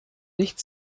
nicht